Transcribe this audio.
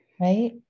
right